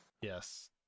Yes